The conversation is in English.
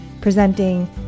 presenting